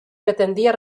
pretendía